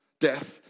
Death